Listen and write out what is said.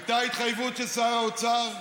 הייתה התחייבות של שר האוצר,